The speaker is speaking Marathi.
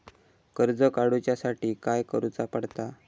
कर्ज काडूच्या साठी काय करुचा पडता?